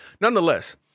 Nonetheless